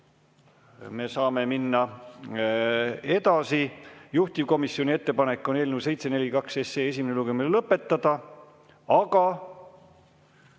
me saame minna edasi. Juhtivkomisjoni ettepanek on eelnõu 742 esimene lugemine lõpetada. Aga